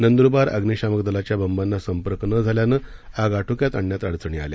नंदुरबार अग्निशामक दलाच्या बंबाना संपर्क न झाल्यानं आग आटोक्यात आणण्यात अडचणी आल्या